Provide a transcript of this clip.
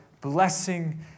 blessing